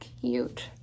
cute